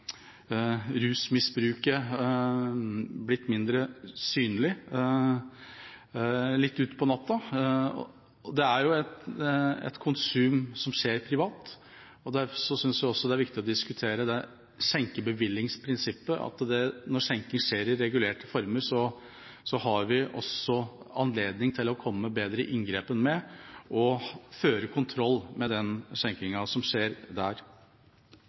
rusmisbruket blitt mindre synlig litt utpå natta. Det er et konsum som skjer privat, og derfor synes vi også det er viktig å diskutere skjenkebevillingsprinsippet, at når skjenking skjer i regulerte former, har vi også anledning til bedre å gripe inn og føre kontroll med den skjenkinga som skjer der.